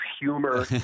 humor